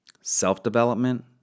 self-development